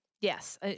Yes